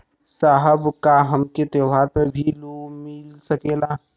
साहब का हमके त्योहार पर भी लों मिल सकेला?